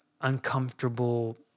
uncomfortable